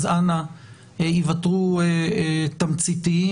אנא היוותרו תמציתיים.